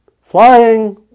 flying